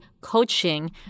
coaching